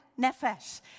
nefesh